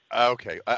Okay